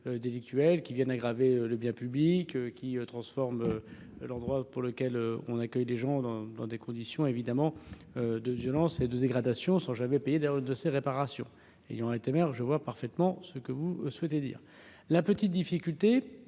délictuels qui viennent aggraver le bien public qui transforme leurs droits, pour lequel on accueille des gens dans dans des conditions évidemment de violences et de dégradations sans jamais payer des de ces réparations ayant été maire je vois parfaitement ce que vous souhaitez dire la petite difficulté